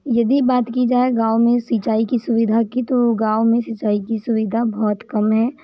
यदि बात की जाए गाँव में सिंचाई की सुविधा की तो गाँव में सिंचाई की सुविधा बहुत कम है